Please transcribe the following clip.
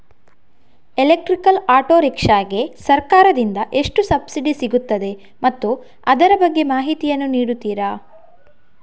Electrical auto rickshaw ಗೆ ಸರ್ಕಾರ ದಿಂದ ಎಷ್ಟು ಸಬ್ಸಿಡಿ ಸಿಗುತ್ತದೆ ಮತ್ತು ಅದರ ಬಗ್ಗೆ ಮಾಹಿತಿ ಯನ್ನು ನೀಡುತೀರಾ?